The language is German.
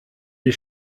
wie